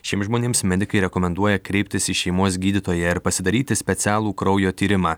šiems žmonėms medikai rekomenduoja kreiptis į šeimos gydytoją ir pasidaryti specialų kraujo tyrimą